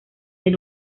del